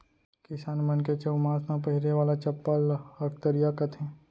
किसान मन के चउमास म पहिरे वाला चप्पल ल अकतरिया कथें